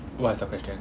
what's the question